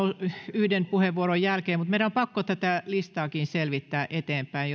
yhden puheenvuoron jälkeen mutta meidän on pakko tätä listaakin selvittää eteenpäin